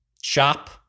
shop